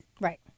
Right